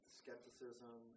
skepticism